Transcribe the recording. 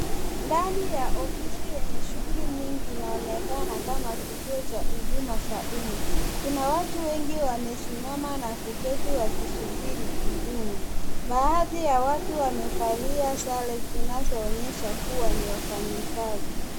Ndani ya ofisi yenye shughuli nyingi inaonekana kama kituo cha huduma za umma, Kuna watu wengi wamesimama na kuketi wakisubiri huduma, baadhi ya watu wamevalia sare zinazoonyesha kuwa ni wafanyikazi.